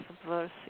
subversive